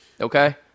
Okay